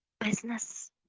business